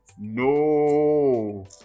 No